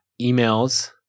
emails